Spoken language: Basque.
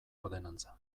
ordenantza